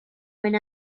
when